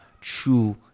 true